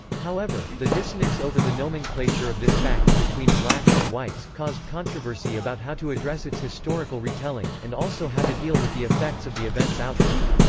however, the dissonance over the nomenclature of this fact, between blacks and whites, caused controversy about how to address its historical retelling, and also how to deal with the effects of the event's outcome.